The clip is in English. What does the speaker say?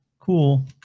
cool